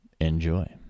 Enjoy